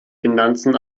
finanzen